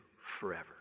forever